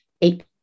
eight